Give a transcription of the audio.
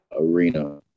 arena